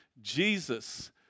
Jesus